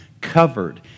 covered